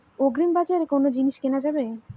আগ্রিবাজারে কোন জিনিস কেনা যাবে?